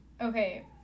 Okay